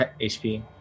hp